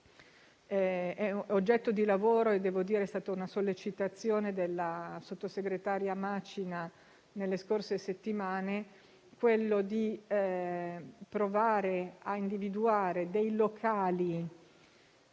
è oggetto di lavoro e devo dire che è stata una sollecitazione del sottosegretario Macina, nelle scorse settimane, quella di provare a individuare dei locali